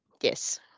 yes